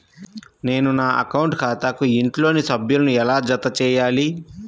నేను నా అకౌంట్ ఖాతాకు ఇంట్లోని సభ్యులను ఎలా జతచేయాలి?